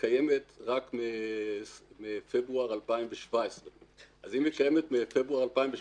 קיימת רק מפברואר 2017. אם היא קימת מפברואר 2017,